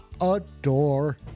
adore